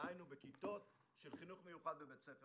דהיינו בכיתות של חינוך מיוחד בבית ספר